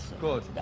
good